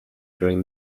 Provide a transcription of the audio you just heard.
during